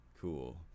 Cool